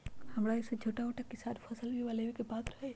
हमरा जैईसन छोटा मोटा किसान फसल बीमा लेबे के पात्र हई?